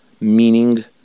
meaning